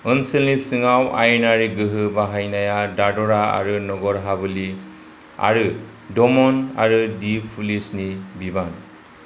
ओनसोलनि सिङाव आयेनारि गोहो बाहायनाया दादरा आरो नगर हवेली आरो दमन आरो दीव पुलिसनि बिबान